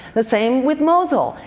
the same with mozul.